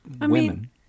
women